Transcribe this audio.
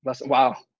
Wow